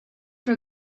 for